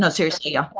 and seriously. yeah.